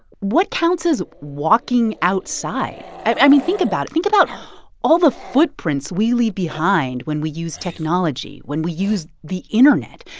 what counts as walking outside? i mean, think about it. think about all the footprints we leave behind when we use technology, when we use the internet.